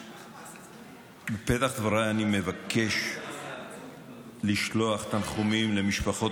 בפתח דבריי אני מבקש לשלוח תנחומים למשפחות